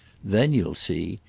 then you'll see.